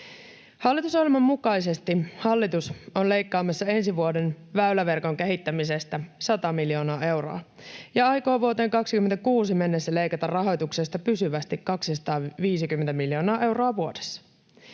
Hallitusohjelman mukaisesti hallitus on leikkaamassa ensi vuoden väyläverkon kehittämisestä 100 miljoonaa euroa ja aikoo vuoteen 26 mennessä leikata rahoituksesta pysyvästi 250 miljoonaa euroa vuodessa.